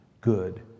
good